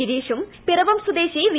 ഗിരീഷും പിറവം സ്വദേശി വി